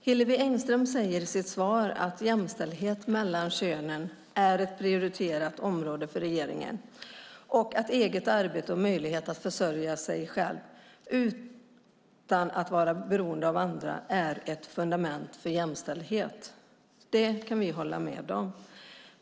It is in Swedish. Hillevi Engström säger i sitt svar att jämställdhet mellan könen är ett prioriterat område för regeringen och att eget arbete och möjlighet att försörja sig själv utan att vara beroende av andra är ett fundament för jämställdhet. Det kan vi hålla med om.